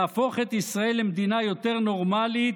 להפוך את ישראל למדינה יותר "נורמלית"